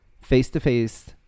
face-to-face